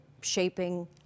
Shaping